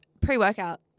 Pre-workout